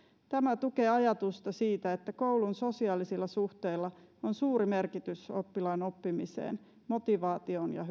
tämä tukee ajatusta siitä että koulun sosiaalisilla suhteilla on suuri merkitys oppilaan oppimiselle motivaatiolle ja